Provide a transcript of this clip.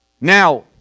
Now